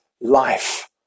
life